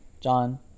john